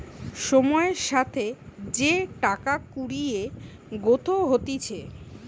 সময়ের সাথে যে টাকা কুড়ির গ্রোথ হতিছে